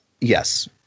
Yes